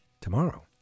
Tomorrow